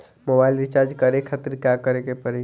Mobile recharge करे खातिर का करे के पड़ी?